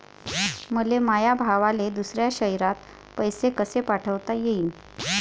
मले माया भावाले दुसऱ्या शयरात पैसे कसे पाठवता येईन?